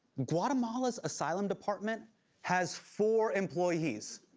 guatemala's asylum department has four employees.